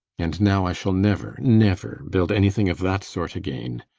and now i shall never never build anything of that sort again!